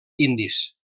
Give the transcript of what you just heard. indis